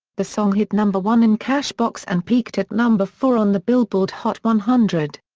the song hit number one in cash box and peaked at number four on the billboard hot one hundred.